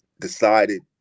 decided